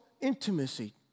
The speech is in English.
intimacy